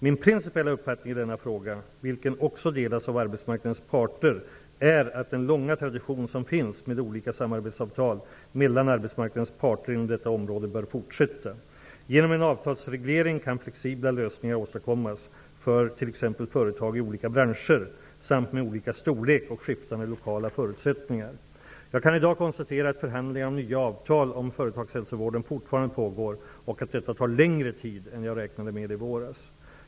Min principiella uppfattning i denna fråga, vilken också delas av arbetsmarknadens parter, är att den långa tradition som finns med olika samarbetsavtal mellan arbetsmarknadens parter inom detta område bör fortsätta. Genom en avtalsreglering kan flexibla lösningar åstadkommas för t.ex. företag i olika branscher samt med olika storlek och skiftande lokala förutsättningar. Jag kan i dag konstatera att förhandlingar om nya avtal om företagshälsovården fortfarande pågår och att detta tar längre tid än jag räknade med i våras.